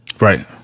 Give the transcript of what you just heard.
Right